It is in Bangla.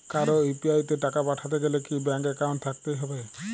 কারো ইউ.পি.আই তে টাকা পাঠাতে গেলে কি ব্যাংক একাউন্ট থাকতেই হবে?